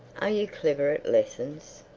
are you clever at lessons?